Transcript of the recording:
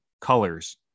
colors